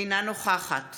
אינה נוכחת